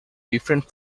different